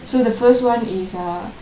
so the first one is err